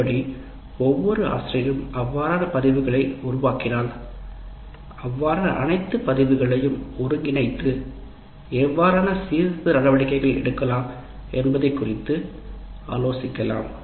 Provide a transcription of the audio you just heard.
எப்படி ஒவ்வொரு ஆசிரியரும் அவ்வாறான பதிவுகளை உருவாக்கினால் அவ்வாறான அனைத்து பதிவுகளையும் ஒருங்கிணைத்து எவ்வாறான சீர்திருத்த நடவடிக்கைகள் எடுக்கலாம் என்பதை குறித்து ஆலோசிக்கலாம்